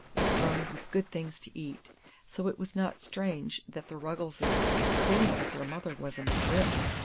it groaned with good things to eat so it was not strange that the ruggleses, forgetting that their mother was a mcgrill,